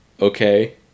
okay